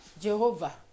Jehovah